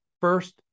first